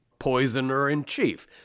poisoner-in-chief